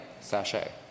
sachet